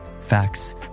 Facts